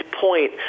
point